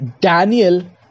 Daniel